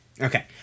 Okay